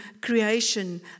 creation